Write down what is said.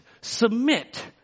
submit